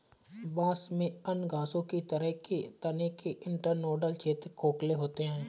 बांस में अन्य घासों की तरह के तने के इंटरनोडल क्षेत्र खोखले होते हैं